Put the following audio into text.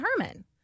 Herman